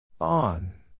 On